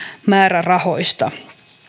määrärahoista